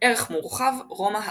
ערך מורחב – רומא העתיקה